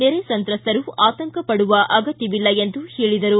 ನೆರೆ ಸಂತ್ರಸ್ತರು ಆತಂಕಪಡುವ ಅಗತ್ತವಿಲ್ಲ ಎಂದರು